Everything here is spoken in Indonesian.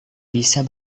bisa